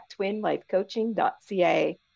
twinlifecoaching.ca